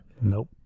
Nope